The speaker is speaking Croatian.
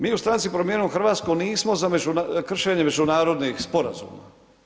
Mi u stranci Promijenimo Hrvatsku, nismo za kršenje međunarodnih sporazuma.